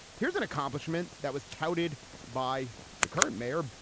here's an accomplishment that was touted by the current mayor,